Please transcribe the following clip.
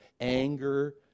anger